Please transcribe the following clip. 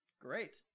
Great